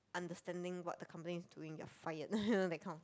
understanding what the company is doing you are fired that kind of